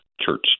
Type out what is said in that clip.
Church